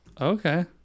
okay